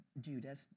Judas